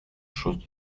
chose